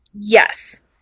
Yes